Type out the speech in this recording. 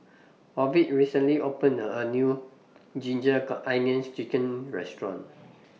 Ovid recently opened A New Ginger Car Onions Chicken Restaurant